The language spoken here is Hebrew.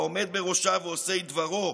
העומד בראשה ועושי דברו.